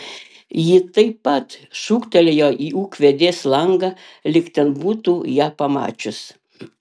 ji taip pat šūktelėjo į ūkvedės langą lyg ten būtų ją pamačius